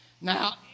Now